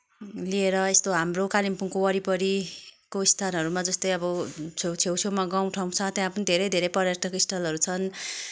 लिएर यस्तो हाम्रो कालिम्पोङको वरिपरिको स्थलहरूमा जस्तै अब छेउ छेउमा गाउँ ठाउँ छ त्यहाँ पनि धेरै धेरै पर्यटक स्थलहरू छन्